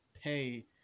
pay